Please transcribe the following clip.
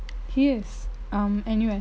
he is um N_U_S